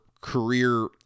career